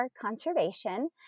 Conservation